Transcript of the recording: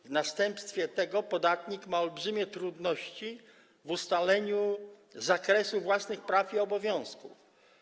W następstwie tego podatnik ma olbrzymie trudności w ustaleniu zakresu własnych praw i obowiązków.